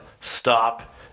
stop